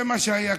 זה מה שהיה כתוב.